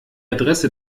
adresse